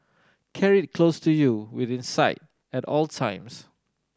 carry it close to you within sight at all times